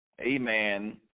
Amen